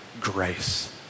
grace